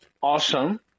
awesome